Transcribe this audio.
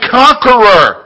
conqueror